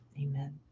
Amen